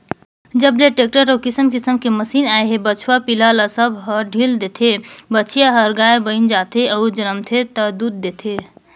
जब ले टेक्टर अउ किसम किसम के मसीन आए हे बछवा पिला ल सब ह ढ़ील देथे, बछिया हर गाय बयन जाथे अउ जनमथे ता दूद देथे